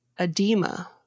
edema